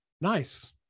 Nice